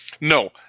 No